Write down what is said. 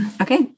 Okay